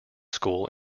school